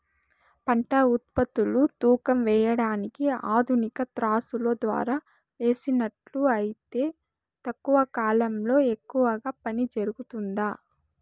పంట ఉత్పత్తులు తూకం వేయడానికి ఆధునిక త్రాసులో ద్వారా వేసినట్లు అయితే తక్కువ కాలంలో ఎక్కువగా పని జరుగుతుందా?